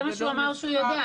זה מה שהוא אמר שהוא יודע.